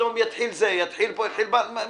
פתאום יתחיל זה, יתחיל פה בלגן.